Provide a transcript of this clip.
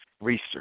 research